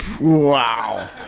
Wow